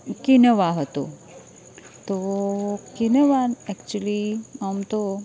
quinoa હતો તો quinoa actually આમ તો